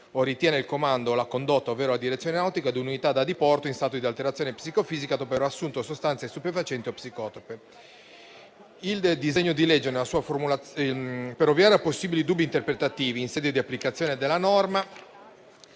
o ritiene il comando o la condotta ovvero la direzione nautica di un'unità da diporto in stato di alterazione psicofisica dopo aver assunto sostanze stupefacenti o psicotrope. Per ovviare a possibili dubbi interpretativi in sede di applicazione della norma